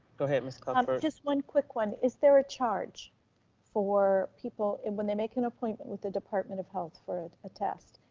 go ahead ms. cuthbert. just one quick one. is there a charge for people and when they make an appointment with the department of health for a test,